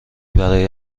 برای